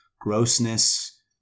grossness